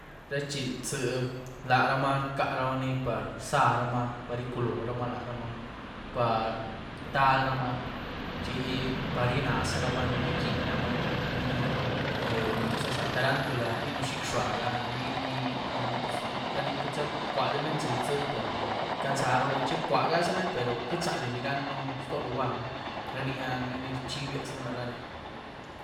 Ra xihlzë, laramaa rcaramaa ni par zaramaa, par iculoramaa laramaa, par talramaa, chi par gyienaz zaramaa ni gyíequïeramaa, ni-ni, nuza za tarantula, ní rniën zic´xuag, ni-ni ra ni queityza rcuadiraní xihlzë pero canzarun´, chi rcuagazaraní per queity zadí ni ranën ztoo lugwary, ranía ni ní rchibiazënu laraní.